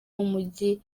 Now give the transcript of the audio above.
w’umujyi